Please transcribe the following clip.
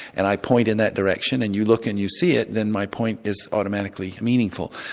and i point in that direction and you look and you see it, then my point is automatically meaningful.